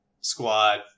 squad